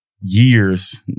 years